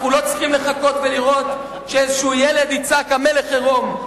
אנחנו לא צריכים לחכות ולראות שאיזה ילד יצעק "המלך הוא עירום".